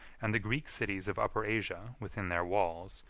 and the greek cities of upper asia, within their walls,